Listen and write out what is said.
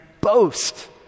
boast